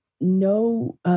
no